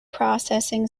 processing